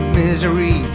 misery